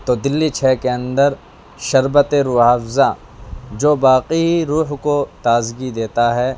تو دہلی چھ کے اندر شربت روح افزا جو باقی روح کو تازگی دیتا ہے